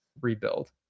rebuild